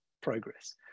progress